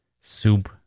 soup